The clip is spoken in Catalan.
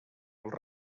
als